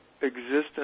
existence